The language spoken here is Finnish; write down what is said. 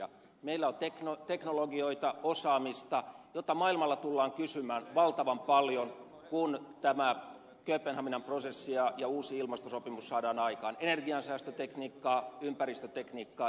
meillä on teknologioita osaamista jota maailmalla tullaan kysymään valtavan paljon kun tämä kööpenhaminan prosessi ja uusi ilmastosopimus saadaan aikaan ener giansäästötekniikkaa ympäristötekniikkaa